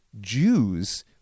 Jews